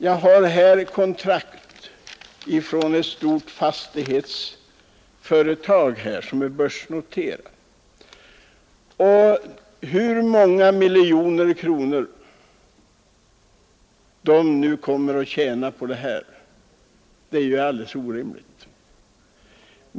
Men här har jag ett kontrakt från ett stort börsnoterat fastighetsföretag, och jag måste säga att det är helt orimligt att ett sådant bolag skall få tjäna många miljoner på den förestående hyreshöjningen.